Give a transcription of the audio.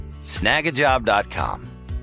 Snagajob.com